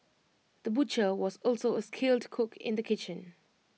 the butcher was also A skilled cook in the kitchen